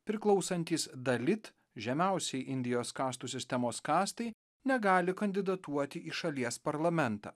priklausantys dalit žemiausiai indijos kastų sistemos kastai negali kandidatuoti į šalies parlamentą